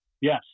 Yes